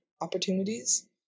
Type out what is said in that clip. opportunities